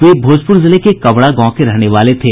वे भोजपुर जिले के कवड़ा गांव के रहने वाले थे